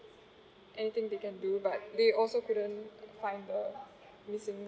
anything they can do but they also couldn't find the missing